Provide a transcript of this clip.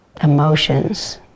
emotions